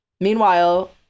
Meanwhile